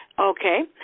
Okay